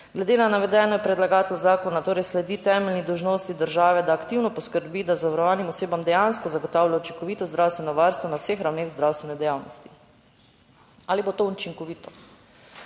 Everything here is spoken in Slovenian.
glede na navedeno je predlagatelj zakona, torej sledi temeljni dolžnosti države, da aktivno poskrbi, da zavarovanim osebam dejansko zagotavlja učinkovito zdravstveno varstvo na vseh ravneh zdravstvene dejavnosti. Ali bo to učinkovito?